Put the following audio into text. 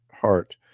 Heart